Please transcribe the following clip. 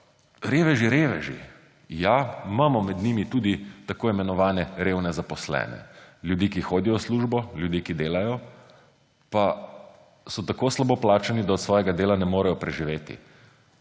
reveži reveži. Ja, imamo med njimi tudi tako imenovane revne zaposlene, ljudi, ki hodijo v službo, ljudi, ki delajo, pa so tako slabo plačani, da od svojega dela ne morejo preživeti.